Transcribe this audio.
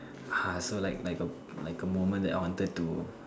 ha so like like like a moment that I wanted to